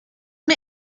mir